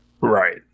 Right